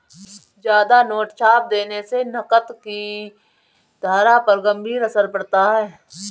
ज्यादा नोट छाप देने से नकद की धारा पर गंभीर असर पड़ता है